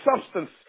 substance